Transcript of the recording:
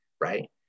right